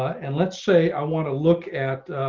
and let's say i want to look at